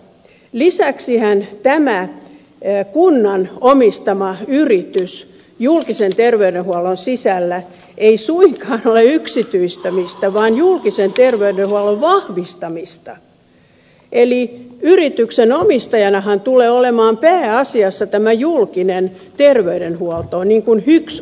lisäksihän tämä kunnan omistama yritys julkisen terveydenhuollon sisällä ei suinkaan ole yksityistämistä vaan julkisen terveydenhuollon vahvistamista eli yrityksen omistajanahan tulee olemaan pääasiassa julkinen terveydenhuolto niin kuin hyks osakeyhtiö